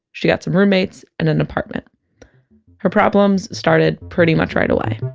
she got some roommates and an apartment her problems started pretty much right away